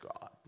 God